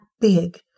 big